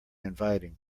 inviting